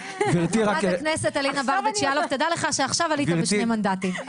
תדע לך שעכשיו עלית בשני מנדטים.